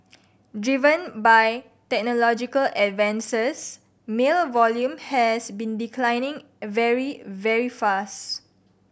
driven by technological advances mail volume has been declining very very fast